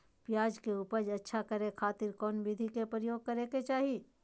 प्याज के उपज अच्छा करे खातिर कौन विधि के प्रयोग करे के चाही?